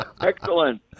Excellent